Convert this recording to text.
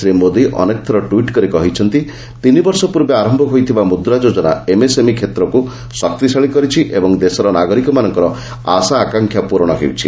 ଶ୍ରୀ ମୋଦି ଅନେକଥର ଟ୍ୱିଟ୍ କରି କହିଛନ୍ତି ତିନି ବର୍ଷ ପୂର୍ବେ ଆରମ୍ଭ ହୋଇଥିବା ମୁଦ୍ରା ଯୋଜନା ଏମ୍ଏସ୍ଏମ୍ଇ କ୍ଷେତ୍ରକୁ ଶକ୍ତିଶାଳୀ କରିଛି ଏବଂ ଦେଶର ନାଗରିକମାନଙ୍କର ଆଶା ଆକାଂକ୍ଷା ପୂରଣ ହେଉଛି